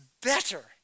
better